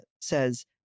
says